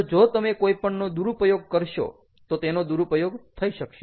તો જો તમે કોઈપણનો દુરુપયોગ કરશો તો તેનો દુરુપયોગ થઈ શકશે